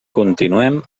continuem